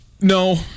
No